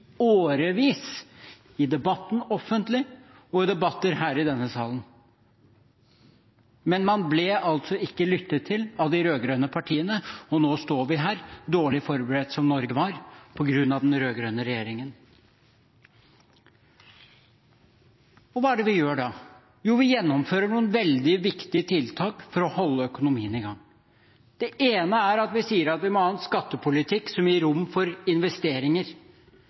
årevis, i debatten offentlig og i debatter her i denne salen. Men man ble ikke lyttet til av de rød-grønne partiene, og nå står vi her dårlig forberedt som Norge var på grunn av den rød-grønne regjeringen. Hva er det vi gjør da? Jo, vi gjennomfører noen veldig viktige tiltak for å holde økonomien i gang. Det ene er at vi sier at vi må ha en skattepolitikk som gir rom for investeringer.